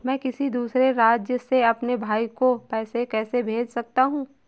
मैं किसी दूसरे राज्य से अपने भाई को पैसे कैसे भेज सकता हूं?